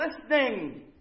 listening